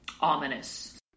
ominous